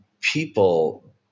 people